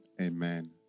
Amen